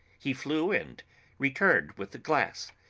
he flew and returned with a glass,